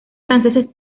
franceses